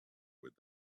with